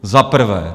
Za prvé.